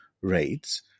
rates